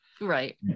right